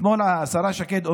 אתמול השרה שקד אומרת: